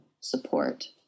support